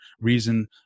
reason